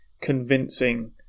convincing